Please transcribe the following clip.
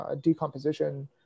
decomposition